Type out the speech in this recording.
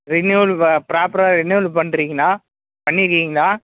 renewal வ ப்ராப்பராக renewal பண்ணுறீங்களா பண்ணியிருக்கீங்களா